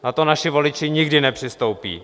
Na to naši voliči nikdy nepřistoupí.